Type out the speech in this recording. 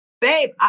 babe